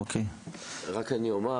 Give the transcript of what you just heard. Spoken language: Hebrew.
אני רק אומר,